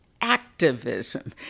activism